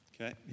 Okay